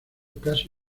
casi